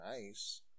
nice